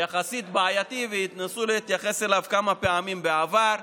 יחסית בעייתי, וניסו להתייחס אליו כמה פעמים בעבר.